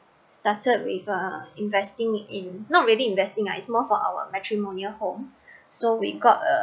started with uh investing in not really investing lah it's more for our matrimonial home so we got a